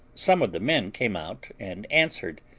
some of the men came out and answered,